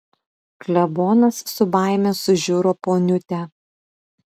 klebonas su baime sužiuro poniutę